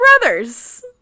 brothers